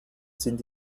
sind